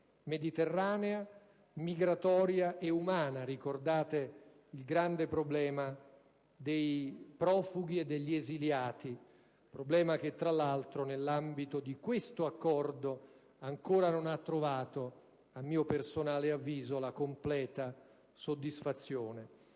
mediterranea, migratoria e umana. Ricordate il grande problema dei profughi e degli esiliati (che, tra l'altro, nell'ambito di questo accordo ancora non ha trovato, a mio personale avviso, la completa soddisfazione).